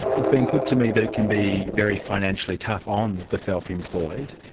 it's been put to me that it can be very financially tough on the self-employed,